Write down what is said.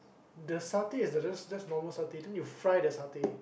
the satay is just just normal satay then you fry the satay